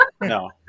No